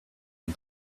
and